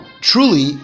truly